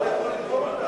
הם ייתנו לך את